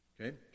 Okay